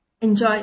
Enjoy